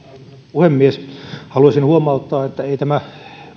puhemies haluaisin huomauttaa että ei tämä